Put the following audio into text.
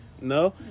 No